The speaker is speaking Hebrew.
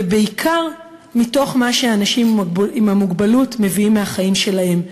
ובעיקר מתוך מה שהאנשים עם המוגבלות מביאים מהחיים שלהם,